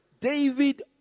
david